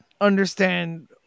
understand